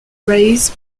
rays